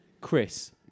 Chris